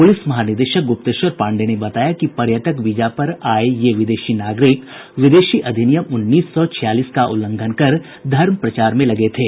police महानिदेशक गुप्तेश्वर पाण्डेय ने बताया कि पर्यटक वीजा पर आए ये विदेशी नागरिक विदेशी अधिनियम उन्नीस सौ छियालीस का उल्लंघन कर धर्म प्रचार में लगे थे